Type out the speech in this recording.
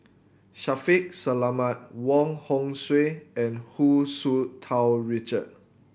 Shaffiq Selamat Wong Hong Suen and Hu Tsu Tau Richard